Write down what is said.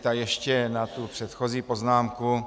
A ještě na tu předchozí poznámku.